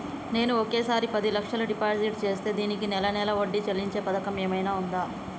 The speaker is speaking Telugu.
నేను ఒకేసారి పది లక్షలు డిపాజిట్ చేస్తా దీనికి నెల నెల వడ్డీ చెల్లించే పథకం ఏమైనుందా?